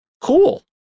cool